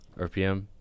RPM